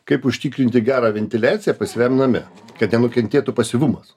kaip užtikrinti gerą ventiliaciją pasyviam name kad nenukentėtų pasyvumas